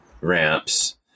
ramps